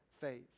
faith